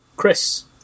Chris